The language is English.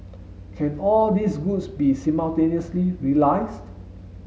can all these goods be simultaneously realised